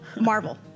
Marvel